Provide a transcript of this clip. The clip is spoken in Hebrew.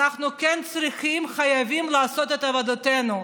אנחנו כן צריכים, חייבים לעשות את עבודתנו.